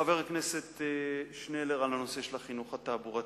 חבר הכנסת שנלר דיבר על הנושא של החינוך התעבורתי.